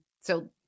So-